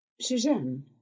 Suzanne